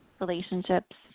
relationships